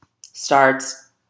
starts